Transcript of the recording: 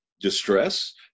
distress